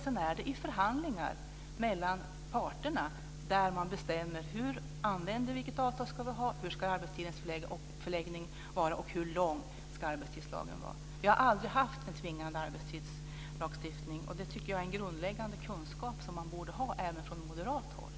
Sedan är det i förhandlingar mellan parterna som man bestämmer vilket avtal man ska ha, hur arbetstiden ska förläggas och hur lång arbetstiden ska vara. Vi har aldrig haft en tvingande arbetstidslagstiftning, och det tycker jag är en grundläggande kunskap som man borde ha även från moderat håll.